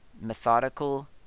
methodical